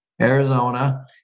Arizona